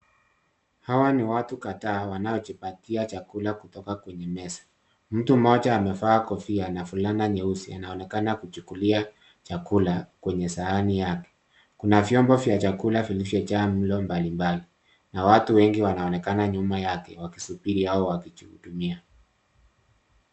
Hawa ni watu kadhaa wanaojipatia chakula kutoka kwenye meza. Mtu mmoja amevaa kofia na fulana nyeusi. Anaonekana kuchukulia chakula kwenye sahani yake. Kuna vyombo vya chakula vilivyojaa mlo mbalimbali, na watu wengi wanaonekana yake wakisubiri au wakijihudumia.